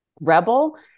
rebel